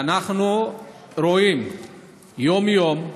כפי שאנחנו רואים יום-יום,